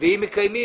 ואם מקיימים,